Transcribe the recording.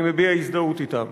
אני מביע הזדהות אתם.